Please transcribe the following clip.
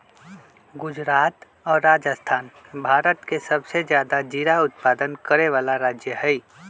गुजरात और राजस्थान भारत के सबसे ज्यादा जीरा उत्पादन करे वाला राज्य हई